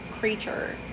creature